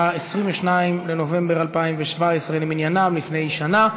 ב-22 בנובמבר 2017 למניינם, לפני שנה,